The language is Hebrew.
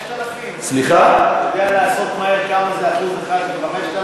יודע לעשות מהר כמה זה 1% מ-5,000?